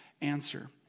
answer